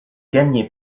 gagné